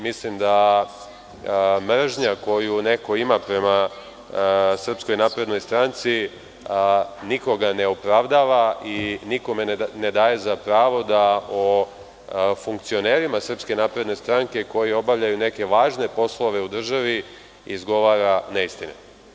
Mislim da mržnja koju neko ima prema SNS nikoga ne opravdava i nikome ne daje za pravo da o funkcionerima SNS, koji obavljaju neke važne poslove u državi, izgovara neistine.